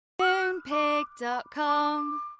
Moonpig.com